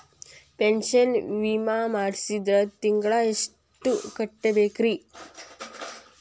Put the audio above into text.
Pension ವಿಮಾ ಮಾಡ್ಸಿದ್ರ ತಿಂಗಳ ಎಷ್ಟು ಕಟ್ಬೇಕ್ರಿ?